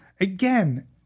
again